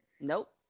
Nope